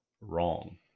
wrong